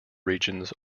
regions